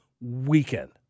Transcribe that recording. weekend